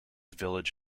village